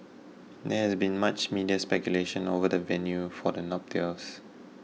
there has been much media speculation over the venue for the nuptials